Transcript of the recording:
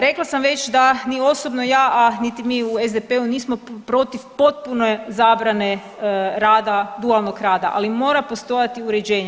Rekla sam već da ni osobno ja, a niti mi u SDP-u nismo protiv potpune zabrane rada, dualnog rada ali mora postojati uređenje.